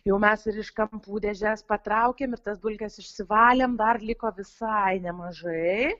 jau mes ir iš kampų dėžes patraukėm ir tas dulkes išsivalėm dar liko visai nemažai